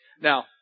Now